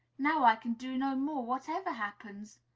now i can do no more, whatever happens.